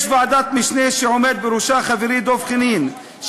יש ועדת משנה שעומד בראשה חברי דב חנין,